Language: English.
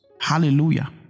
Hallelujah